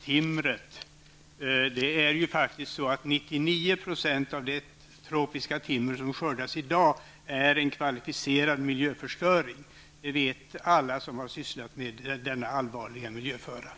99 % av avverkningen av det tropiska timret innebär en kvalificerad miljöförstöring. Det vet alla som har sysslat med denna allvarliga miljöfråga.